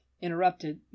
interrupted